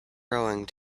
rowing